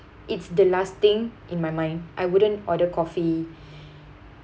it's the last thing in my mind I wouldn't order coffee